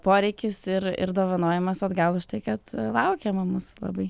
poreikis ir ir dovanojimas atgal už tai kad laukiama mūsų labai